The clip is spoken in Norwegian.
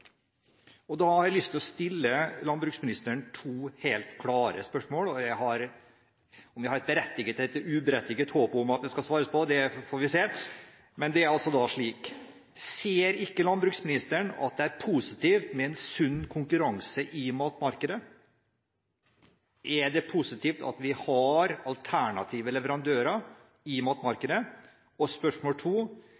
påstander. Da har jeg lyst til å stille landbruksministeren to helt klare spørsmål, og om jeg har et berettiget eller uberettiget håp om at det skal svares på, får vi se. Men det er da altså slik: Ser ikke landbruksministeren at det er positivt med en sunn konkurranse i matmarkedet – er det positivt at vi har alternative leverandører i